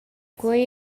quei